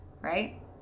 right